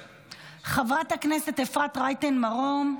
חברת הכנסת אפרת רייטן מרום,